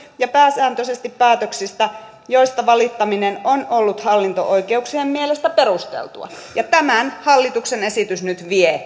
ja pääsääntöisesti sellaisista päätöksistä joista valittaminen on ollut hallinto oikeuksien mielestä perusteltua tämän mahdollisuuden ely keskuksilta hallituksen esitys nyt vie